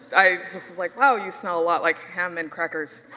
i just was like, wow, you smell a lot like ham and crackers.